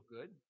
good